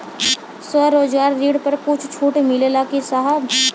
स्वरोजगार ऋण पर कुछ छूट मिलेला का साहब?